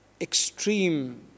extreme